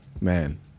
man